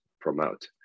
promote